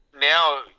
Now